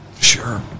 Sure